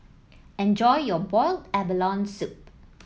enjoy your Boiled Abalone Soup